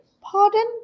Pardon